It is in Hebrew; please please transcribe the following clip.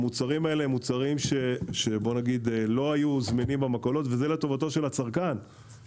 המוצרים הם מוצרים שלא היו זמינים במכולות והצרכן יכול להרוויח מזה.